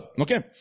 okay